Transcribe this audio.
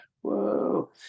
whoa